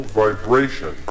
vibration